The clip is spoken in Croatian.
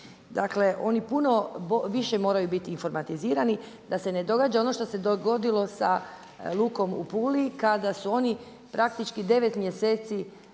Dakle oni puno više moraju biti informatizirani da se ne događa ono što se dogodilo sa Lukom u Puli kada su oni praktički devet mjeseci